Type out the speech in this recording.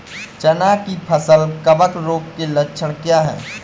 चना की फसल कवक रोग के लक्षण क्या है?